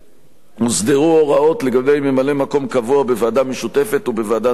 הוסדרו הוראות לגבי ממלא-מקום קבוע בוועדה משותפת או בוועדת משנה.